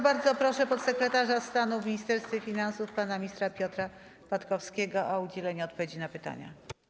Bardzo proszę podsekretarza stanu w Ministerstwie Finansów pana ministra Piotra Patkowskiego o udzielenie odpowiedzi na pytania.